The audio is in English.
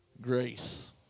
grace